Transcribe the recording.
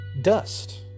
Dust